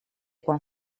quan